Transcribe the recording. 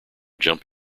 jump